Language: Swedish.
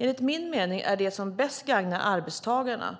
Enligt min mening är det som bäst gagnar arbetstagarna